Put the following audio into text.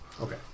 Okay